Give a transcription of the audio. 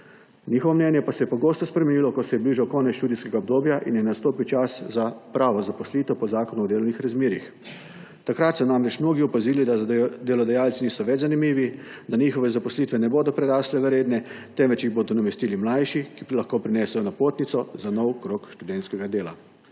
njihovo mnenje pa se je pogosto spremenilo, ko se je bližal konec študijskega obdobja in je nastopil čas za pravo zaposlitev po Zakonu o delovnih razmerjih. Takrat so namreč mnogi opazili, da za delodajalce niso več zanimivi, da njihove zaposlitve ne bodo prerasle v redne, temveč jih bodo nadomestili mlajši, ki lahko prinesejo napotnico za nov krog študentskega dela.